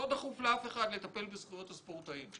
לא דחוף לאף אחד לטפל בזכויות הספורטאים.